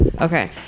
Okay